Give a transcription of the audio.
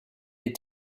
est